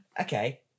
okay